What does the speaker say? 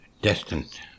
destined